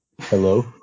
hello